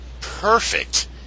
perfect